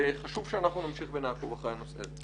וחשוב שאנחנו נמשיך לעקוב אחרי נושא זה.